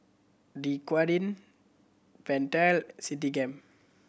Dequadin Pentel Citigem